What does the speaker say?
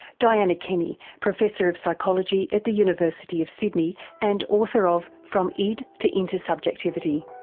dianna kenny, professor of psychology at the university of sydney, and author of from id to intersubjectivity.